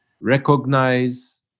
recognize